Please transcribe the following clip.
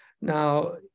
Now